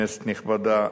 השתחררו.